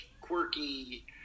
quirky